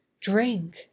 Drink